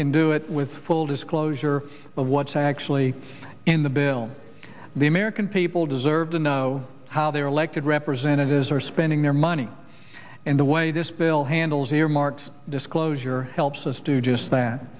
can do it with full disclosure of what's actually in the bill the american people deserve to know how their elected representatives are spending their money and the way this bill handles earmarks disclosure helps us do just that